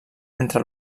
entre